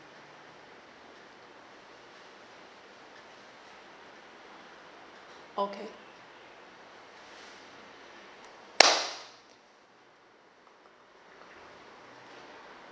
okay